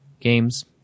games